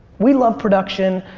we love production,